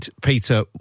Peter